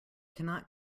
cannot